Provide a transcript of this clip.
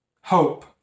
Hope